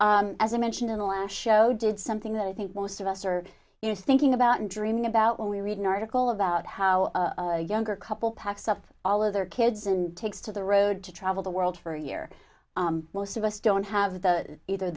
who as i mentioned in the show did something that i think most of us are you thinking about and dreaming about when we read an article about how younger couple packs up all of their kids and takes to the road to travel the world for a year most of us don't have the either